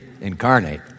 incarnate